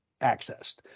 accessed